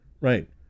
right